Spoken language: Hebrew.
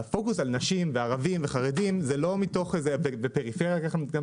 שהפוקוס על נשים וערבים וחרדים בפריפריה אחד